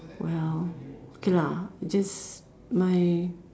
well okay lah just my